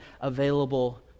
available